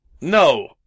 No